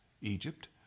Egypt